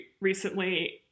recently